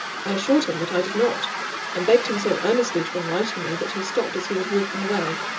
i assured him that i did not and begged him so earnestly to enlighten me, that he stopped as he was walking away.